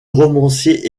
romancier